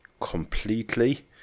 completely